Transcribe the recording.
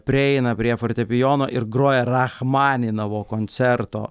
prieina prie fortepijono ir groja rachmaninovo koncerto